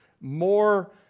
more